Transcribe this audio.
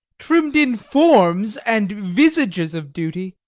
trimm'd in forms and visages of duty,